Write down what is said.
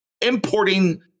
importing